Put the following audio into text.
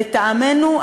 לטעמנו,